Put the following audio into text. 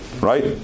right